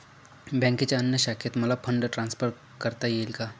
बँकेच्या अन्य शाखेत मला फंड ट्रान्सफर करता येईल का?